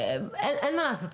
אין מה לעשות,